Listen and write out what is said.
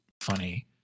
funny